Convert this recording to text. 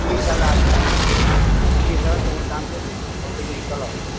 ଠିକ୍ ହିସାବରେ ଆସ ଠିକ୍ ହିସାବରେ ତମର୍ କାମ୍କେ